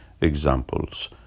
examples